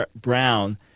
Brown